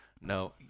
No